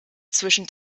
zwischen